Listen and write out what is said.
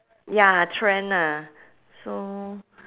ya trend ah so